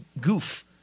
goof